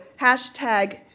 hashtag